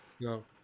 No